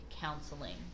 counseling